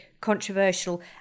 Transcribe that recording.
controversial